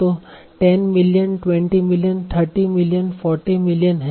तो 10 million 20 million 30 million 40 million हैं